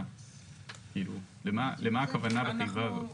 למה הכוונה בתיבה הזאת?